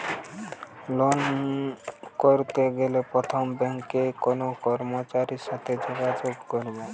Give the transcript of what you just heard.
Loan করতে গেলে প্রথমে ব্যাঙ্কের কোন কর্মচারীর সাথে যোগাযোগ করব?